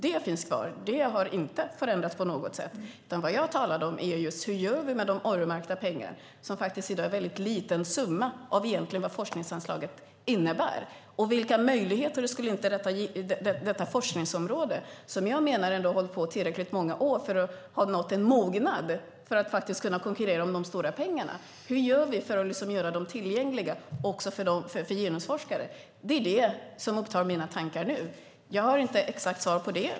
Detta finns kvar, och det har inte förändrats på något sätt. Vad jag talade om var just hur vi gör med de öronmärkta pengar som i dag faktiskt är en mycket liten summa av forskningsanslaget. Vilka möjligheter skulle inte finnas på detta forskningsområde som jag menar ändå har funnits i tillräckligt många år för att nå en mognad för att faktiskt kunna konkurrera om de stora pengarna? Hur gör vi för att göra dessa pengar tillgängliga också för genusforskare? Det är det som upptar mina tankar nu. Jag har inte något exakt svar på det.